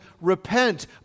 repent